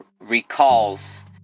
recalls